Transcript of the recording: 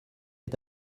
est